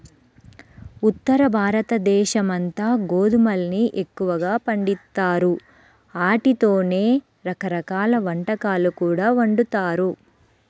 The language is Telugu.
ఉత్తరభారతదేశమంతా గోధుమల్ని ఎక్కువగా పండిత్తారు, ఆటితోనే రకరకాల వంటకాలు కూడా వండుతారు